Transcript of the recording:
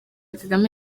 kagame